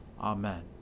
Amen